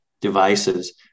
devices